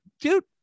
dude